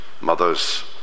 mothers